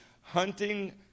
hunting